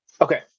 Okay